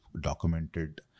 documented